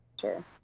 sure